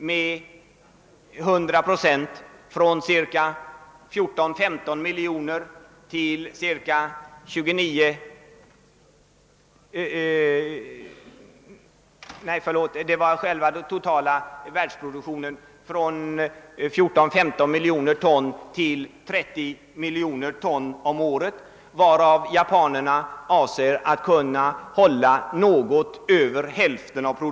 Den totala världsproduktionen beräknas till 14 å 15 miljoner ton, och den räknar man med kommer att öka till 30 miljoner ton om året, varav japanerna räknar med att kunna svara för något mer än hälften.